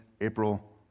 April